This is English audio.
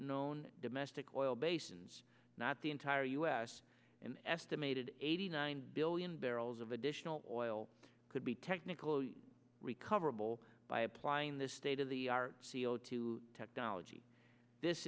known domestic oil basins not the entire us an estimated eighty nine billion barrels of additional oil could be technically recoverable by applying the state of the c o two technology this